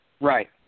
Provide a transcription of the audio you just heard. right